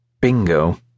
Bingo